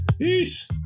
Peace